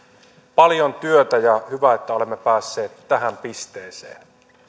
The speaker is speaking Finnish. paljon työtä ja hyvä että olemme päässeet tähän pisteeseen